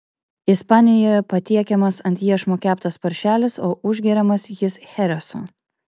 ispanijoje patiekiamas ant iešmo keptas paršelis o užgeriamas jis cheresu